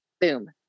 Boom